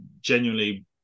genuinely